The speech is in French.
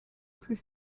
plus